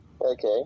Okay